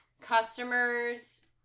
customers